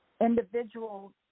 individuals